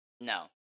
No